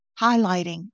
highlighting